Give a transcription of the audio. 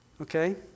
okay